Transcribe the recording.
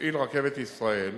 תפעיל "רכבת ישראל"